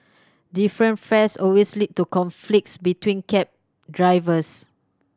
different fares always lead to conflicts between cab drivers